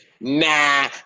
Nah